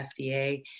FDA